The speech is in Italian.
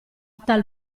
tal